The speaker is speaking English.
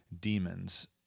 demons